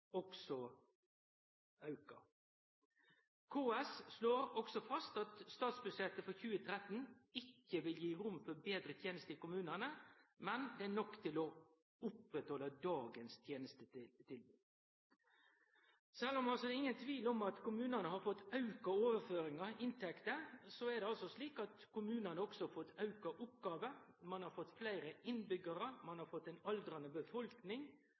også aukar. KS slår fast at statsbudsjettet for 2013 ikkje vil gi rom for betre tenester i kommunane, men det er nok til å oppretthalde dagens tenestetilbod. Sjølv om det ikkje er nokon tvil om at kommunane har fått auka overføringar og inntekter, er det slik at kommunane også har fått fleire oppgåver – ein har fått fleire innbyggjarar, ein har fått ei aldrande befolkning,